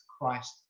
Christ